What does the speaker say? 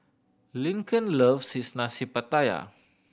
Lincoln loves is Nasi Pattaya